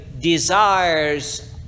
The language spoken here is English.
desires